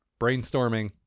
brainstorming